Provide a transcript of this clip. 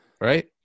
Right